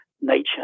nature